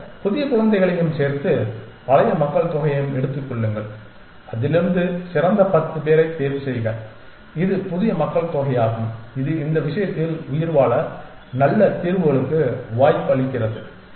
பின்னர் புதிய குழந்தைகளையும் சேர்த்து பழைய மக்கள்தொகையையும் எடுத்துக் கொள்ளுங்கள் அதிலிருந்து சிறந்த பத்து பேரைத் தேர்வுசெய்க இது புதிய மக்கள்தொகை ஆகும் இது இந்த விஷயத்தில் உயிர்வாழ நல்ல தீர்வுகளுக்கு வாய்ப்பளிக்கிறது